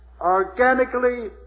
organically